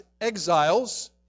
exiles